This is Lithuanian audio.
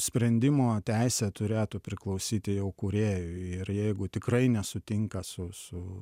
sprendimo teisė turėtų priklausyti jau kūrėjui ir jeigu tikrai nesutinka su su